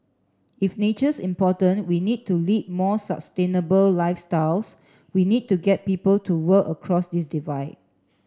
if nature's important we need to lead more sustainable lifestyles we need to get people to work across this divide